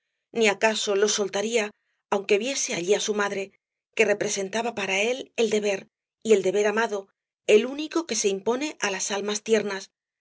ni acaso los soltaría aunque viese allí á su madre que representaba para él el deber y el deber amado el único que se impone á las almas tiernas